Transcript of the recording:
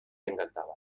encantava